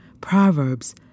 Proverbs